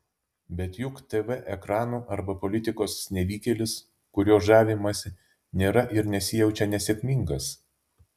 bet juk tv ekranų arba politikos nevykėlis kuriuo žavimasi nėra ir nesijaučia nesėkmingas